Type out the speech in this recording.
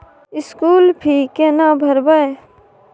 School fee केना भरबै?